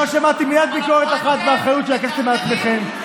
לא שמעתי מילת ביקורת אחת ואחריות שלקחתם על עצמכם,